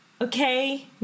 Okay